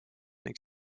ning